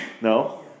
No